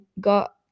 got